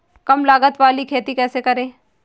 कम लागत वाली खेती कैसे करें?